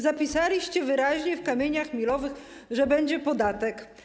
Zapisaliście wyraźnie w kamieniach milowych, że będzie podatek.